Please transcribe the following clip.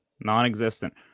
Non-existent